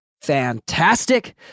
fantastic